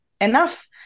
enough